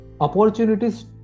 ...opportunities